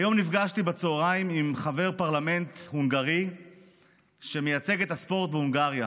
היום בצוהריים נפגשתי עם חבר פרלמנט הונגרי שמייצג את הספורט בהונגריה.